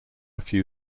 few